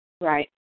Right